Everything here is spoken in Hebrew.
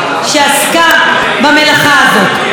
שעסקה במלאכה הזאת.